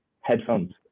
headphones